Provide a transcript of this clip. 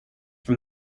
from